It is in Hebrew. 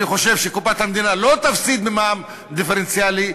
אני חושב שקופת המדינה לא תפסיד ממע"מ דיפרנציאלי,